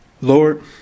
Lord